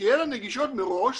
תהיינה נגישות מראש